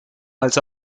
als